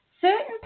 certain